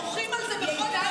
מוחים על זה בכל תוקף.